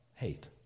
Hate